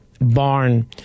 barn